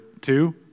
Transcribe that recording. two